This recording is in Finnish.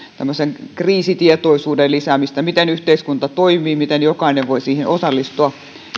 tämmöisen kriisitietoisuuden lisäämistä siitä miten yhteiskunta toimii miten jokainen voi siihen osallistua